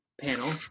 panel